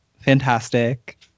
Fantastic